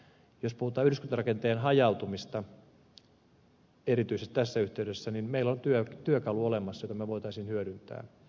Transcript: jos puhutaan yhdyskuntarakenteen hajautumisesta erityisesti tässä yhteydessä niin meillä on työkalu olemassa jota me voisimme hyödyntää